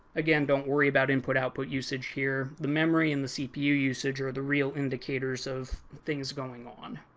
again, don't worry about input output usage here. the memory and the cpu usage are the real indicators of things going on.